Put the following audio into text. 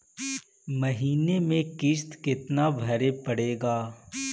महीने में किस्त कितना भरें पड़ेगा?